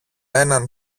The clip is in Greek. έναν